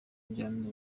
njyana